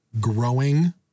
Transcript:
growing